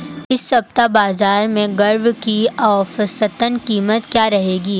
इस सप्ताह बाज़ार में ग्वार की औसतन कीमत क्या रहेगी?